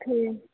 ठीक